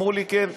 אמרו לי: כן.